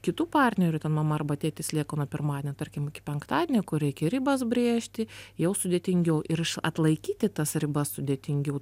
kitų partnerių mama arba tėtis lieka nuo pirmadienio tarkim iki penktadienio kur reikia ribas brėžti jau sudėtingiau ir atlaikyti tas ribas sudėtingiau